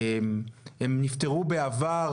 הם נפתרו בעבר,